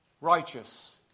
righteous